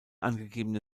angegebene